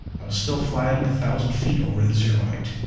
i was still flying a thousand feet over the zero-height.